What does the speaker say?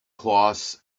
cloths